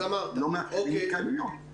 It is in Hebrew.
אנחנו לא מאפשרים התקהלויות.